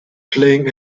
playing